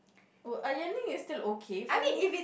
oh ironing is till okay for me